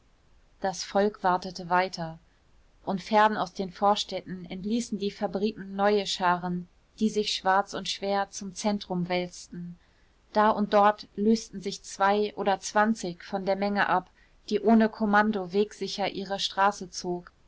das volk wartete weiter und fern aus den vorstädten entließen die fabriken neue scharen die sich schwarz und schwer zum zentrum wälzten da und dort lösten sich zwei oder zwanzig von der menge ab die ohne kommando wegsicher ihre straße zog